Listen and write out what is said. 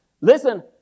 Listen